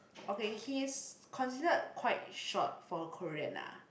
okay he is considered quite short for a Korean ah